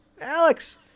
Alex